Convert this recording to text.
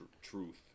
truth